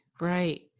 Right